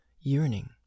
yearning